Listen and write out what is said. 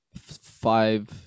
five